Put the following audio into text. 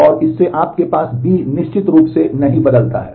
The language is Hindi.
और इससे आपके पास B निश्चित रूप से नहीं बदलता है